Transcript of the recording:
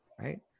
right